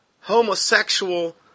homosexual